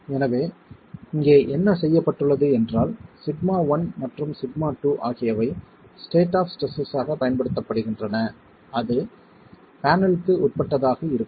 எனவே இங்கே என்ன செய்யப்பட்டுள்ளது என்றால் σ1 மற்றும் σ2 ஆகியவை ஸ்டேட் ஆப் ஸ்ட்ரெஸ் ஆகப் பயன்படுத்தப்படுகின்றன அது பேனல்க்கு உட்பட்டதாக இருக்கும்